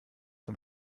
zum